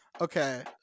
Okay